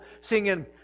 singing